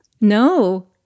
No